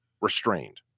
restrained